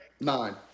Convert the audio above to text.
Nine